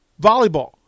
volleyball